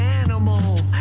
animals